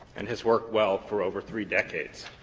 and has worked well for over three decades.